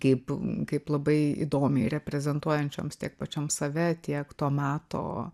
kaip kaip labai įdomiai reprezentuojančioms tiek pačioms save tiek to meto